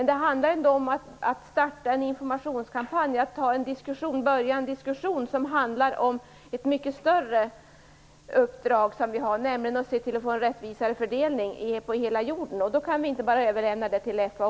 Det handlar om att starta en informationskampanj och inleda en diskussion om ett mycket större uppdrag som vi har, nämligen att se till att fördelningen över jorden blir rättvisare. Det kan vi inte bara överlämna till FAO